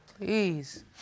Please